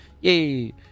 Yay